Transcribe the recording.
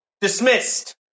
Dismissed